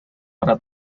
para